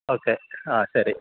okay ആ ശരി